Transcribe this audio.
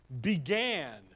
began